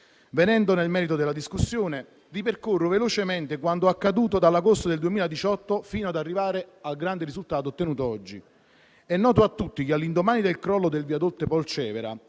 Venendo nel merito della discussione, ripercorro velocemente quanto accaduto dall'agosto del 2018 fino ad arrivare al grande risultato ottenuto oggi. È noto a tutti che, all'indomani del crollo del viadotto Polcevera